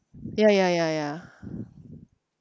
ya ya ya ya